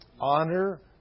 Honor